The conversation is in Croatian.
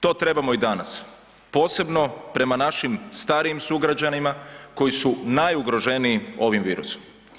To trebamo i danas, posebno prema našim starijim sugrađanima koji su najugroženiji ovim virusom.